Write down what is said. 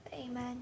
Amen